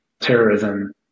terrorism